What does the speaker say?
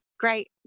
great